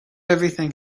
everything